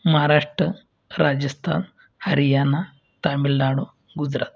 Maharashtra Rajasthan Haryana Tamil Nadu Gujarat